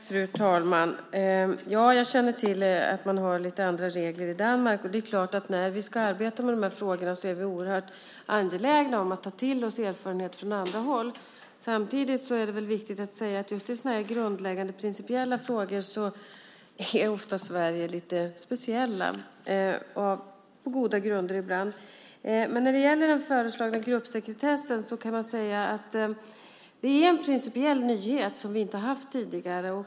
Fru talman! Ja, jag känner till att man har lite andra regler i Danmark. Det är klart att vi, när vi ska arbeta med de här frågorna, är oerhört angelägna om att ta till oss erfarenheter från andra håll. Samtidigt är det viktigt att säga att Sverige just i sådana här grundläggande principiella frågor ofta är lite speciellt, ibland på goda grunder. Men när det gäller den föreslagna gruppsekretessen kan man säga att det är en principiell nyhet som vi inte har haft tidigare.